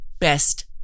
Best